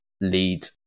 lead